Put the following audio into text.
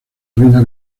reina